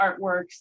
artworks